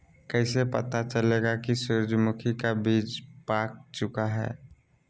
कैसे पता चलेगा की सूरजमुखी का बिज पाक चूका है?